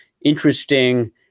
interesting